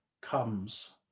comes